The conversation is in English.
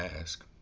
ask